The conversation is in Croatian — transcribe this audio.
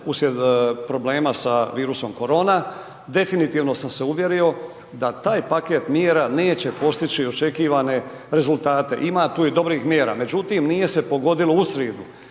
uslijed problema sa virusom korona, definitivno sam se uvjerio da taj paket mjera neće postići očekivane rezultate. Ima tu i dobrih mjera, međutim nije se pogodilo u sridu.